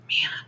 man